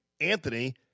Anthony